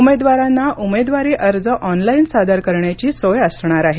उमेदवारांना उमेदवारी अर्ज ऑनलाईन सादर करण्याची सोय असणार आहे